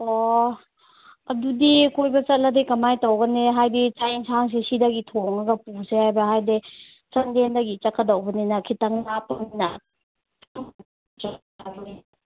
ꯑꯣ ꯑꯗꯨꯗꯤ ꯀꯣꯏꯕ ꯆꯠꯂꯗꯤ ꯀꯃꯥꯏꯅ ꯇꯧꯒꯅꯤ ꯍꯥꯏꯕꯗꯤ ꯆꯥꯛ ꯌꯦꯟꯁꯥꯡꯁꯤ ꯁꯤꯗꯒꯤ ꯊꯣꯡꯉꯥꯒ ꯄꯨꯁꯦ ꯍꯥꯏꯕ꯭ꯔ ꯍꯥꯏꯗꯤ ꯆꯥꯟꯗꯦꯜꯗꯒꯤ ꯆꯠꯀꯗꯧꯕꯅꯤꯅ ꯈꯤꯇꯪ ꯂꯥꯞꯄꯅꯤꯅ